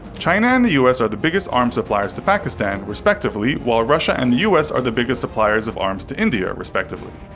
china and the u s. are the biggest arms suppliers to pakistan, respectively, while russia and the u s. are the biggest suppliers of arms to india, respectively.